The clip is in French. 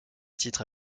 titre